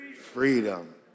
freedom